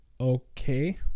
Okay